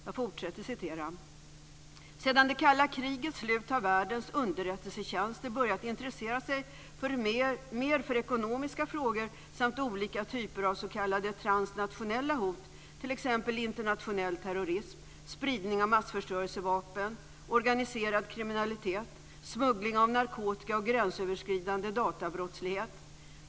Man skriver vidare: "Sedan det kalla krigets slut har världens underrättelsetjänster börjat intressera sig mer för ekonomiska frågor samt olika typer av sk transnationella hot t ex internationell terrorism, spridning av massförstörelsevapen, organiserad kriminalitet, smuggling av narkotika och gränsöverskridande databrottslighet.